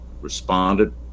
responded